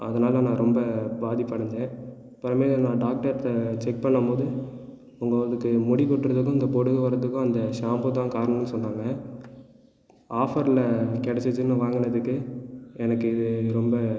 அதனால நான் ரொம்ப பாதிப்படைஞ்ச அப்புறமே நான் டாக்டர்கிட்ட செக் பண்ணும் போது உங்களுக்கு முடி கொட்டுறதுக்கும் இந்த பொடுகு வர்றதுக்கும் அந்த ஷாம்பு தான் காரணம்னு சொன்னாங்க ஆஃபரில் கிடச்சுச்சுனு வாங்கினதுக்கு எனக்கு இது ரொம்ப